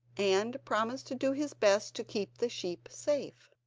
and promised to do his best to keep the sheep safe.